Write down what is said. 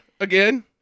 again